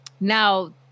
Now